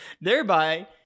Thereby